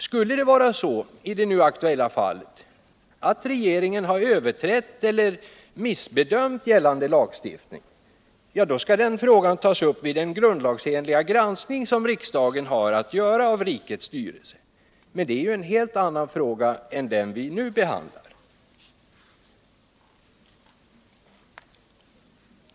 Skulle det i det aktuella fallet vara så, att regeringen har överträtt eller missbedömt gällande lagstiftning, skall den frågan tas upp vid den grundlagsenliga granskning som riksdagen har att göra av rikets styrelse, men det är ju en helt annan fråga än den vi nu behandlar.